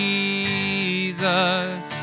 Jesus